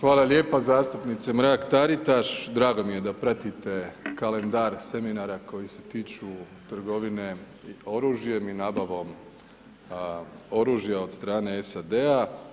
Hvala lijepa zastupnice Mrak Taritaš, drago mi je da pratite kalendar seminara koji se tiču trgovine oružjem i nabavom oružja od strane SAD-a.